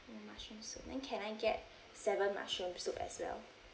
mm mushroom soup then can I get seven mushroom soups as well